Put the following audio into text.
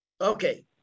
Okay